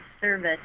service